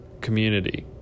community